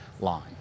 line